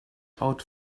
out